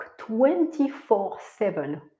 24-7